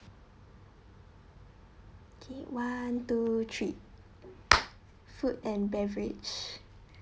okay one two three food and beverage